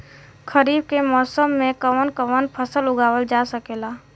खरीफ के मौसम मे कवन कवन फसल उगावल जा सकेला?